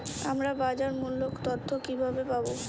আমরা বাজার মূল্য তথ্য কিবাবে পাবো?